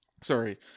Sorry